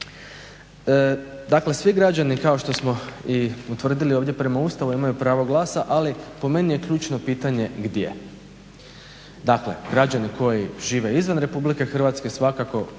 Dakle, svi građani kao što smo i utvrdili ovdje prema Ustavu imaju pravo glasa, ali po meni je ključno pitanje gdje? Dakle, građani koji žive izvan RH svakako